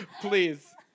Please